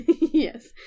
yes